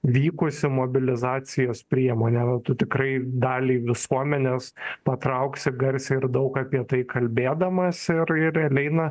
vykusi mobilizacijos priemonė tu tikrai dalį visuomenės patrauksi garsiai ir daug apie tai kalbėdamas ir ir realiai na